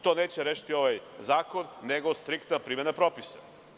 To neće rešiti ovaj zakon, nego striktna primena propisa.